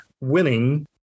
winning